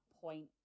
point